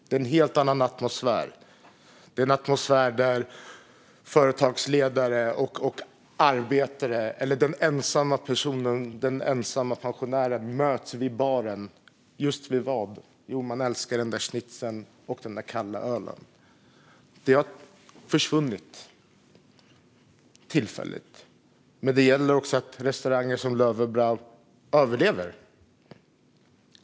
Man har en helt annan atmosfär där företagsledaren, arbetaren och den ensamma personen, kanske pensionären, kan mötas vid baren. Varför? Jo, man älskar den där schnitzeln och den kalla ölen. Det här har försvunnit - tillfälligt. Det gäller dock att restauranger som Löwenbräu överlever.